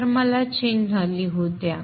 तर मला चिन्ह लिहू द्या